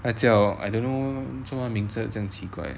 它叫 I don't know 中文名字这样奇怪的